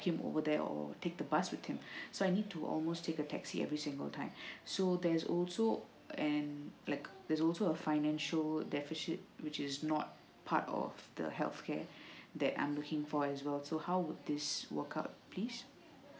walk him over there or take the bus with him so I need to almost take a taxi every single time so there's also and like there's also a financial deficit which is not part of the health care that I'm looking for as well so how would this workout please